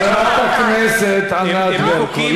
חברת הכנסת ענת ברקו,